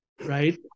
right